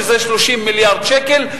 שזה 30 מיליארד שקל.